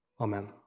Amen